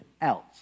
else